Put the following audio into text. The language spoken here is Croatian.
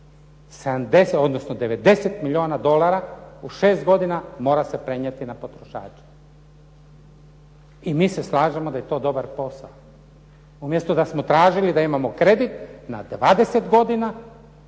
90 milijuna dolara u šest godina mora se prenijeti na potrošače i mi se slažemo da je to dobar posao. Umjesto da smo tražili da imamo kredit na 20 godina